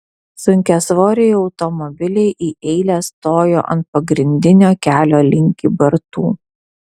sunkiasvoriai automobiliai į eilę stojo ant pagrindinio kelio link kybartų